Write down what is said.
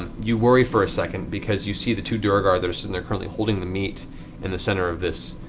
ah you worry for a second because you see the two duergar that are sitting there, currently holding the meat in the center of this,